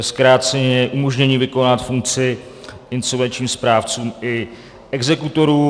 Zkráceně umožnění vykonávat funkci insolvenčním správcům i exekutorům.